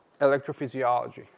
electrophysiology